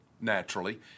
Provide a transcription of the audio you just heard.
naturally